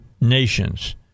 nations